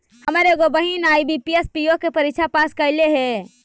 हमर एगो बहिन आई.बी.पी.एस, पी.ओ के परीक्षा पास कयलइ हे